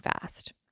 fast